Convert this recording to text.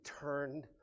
turned